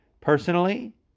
Personally